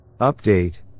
Update